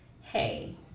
hey